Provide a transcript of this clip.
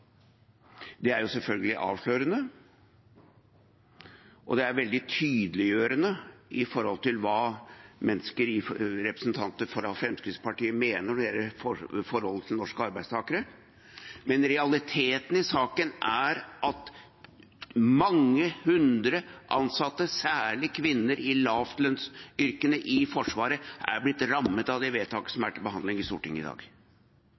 Det er selvfølgelig avslørende, og det er veldig tydeliggjørende med tanke på hva representanter for Fremskrittspartiet mener når det gjelder forholdet til norske arbeidstakere. Realiteten i saken er at mange hundre ansatte, særlig kvinner i lavlønnsyrkene i Forsvaret, er blitt rammet av det vedtaket som er til behandling i Stortinget i dag.